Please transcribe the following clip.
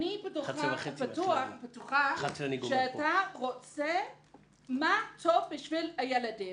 אני בטוחה שאתה רוצה את מה שטוב לילדים,